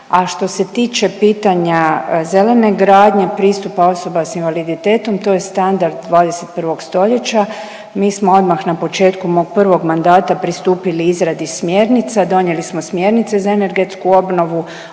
A što se tiče pitanja zelene gradnje pristupa osoba s invaliditetom, to je standard 21. stoljeća. Mi smo odmah na početku mog prvog mandata pristupili izradi smjernice, donijeli smo smjernice za energetsku obnovu,